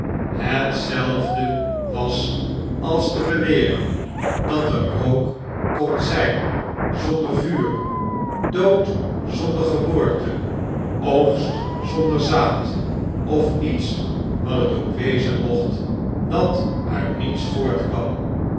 hetzelfde was als te beweren dat er rook kon zijn zonder vuur dood zonder geboorte oogst zonder zaad of iets wat het ook wezen mocht dat uit niets voortkwam